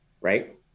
right